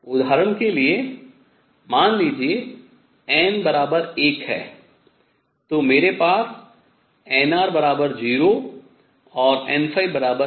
उदाहरण के लिए मान लीजिए n1 है तो मेरे पास nr0 और n1 हो सकतें है